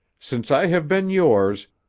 since i have been yours,